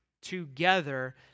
together